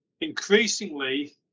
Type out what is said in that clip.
Increasingly